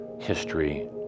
history